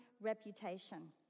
reputation